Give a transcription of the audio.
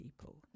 people